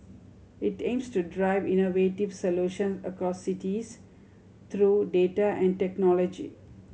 it aims to drive innovative solutions across cities through data and technology